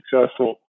successful